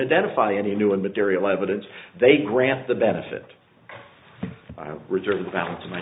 identify any new and material evidence they grant the benefit to reserve the balance of my